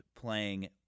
playing